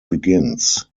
begins